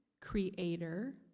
Creator